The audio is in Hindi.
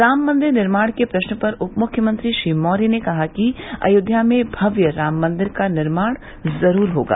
राम मन्दिर निर्माण के प्रश्न पर उपमुख्यमंत्री श्री मौर्य ने कहा कि अयोध्या में भव्य राम मन्दिर का निर्माण ज़रूर होगा